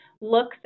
looks